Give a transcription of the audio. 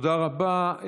תודה רבה.